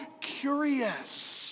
curious